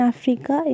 Africa